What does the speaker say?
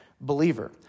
Believer